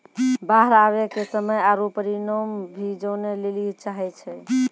बाढ़ आवे के समय आरु परिमाण भी जाने लेली चाहेय छैय?